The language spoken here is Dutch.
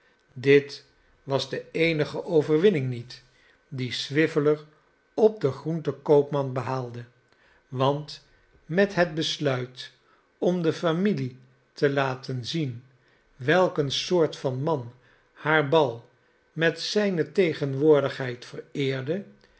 dit was de eenige overwinning niet die swiveller op den groentenkoopman behaalde want met het besluit om de familie te laten zien welk eene soort van man haar bal met zijne tegenwoordigheid vereerde